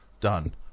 done